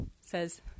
says